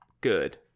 good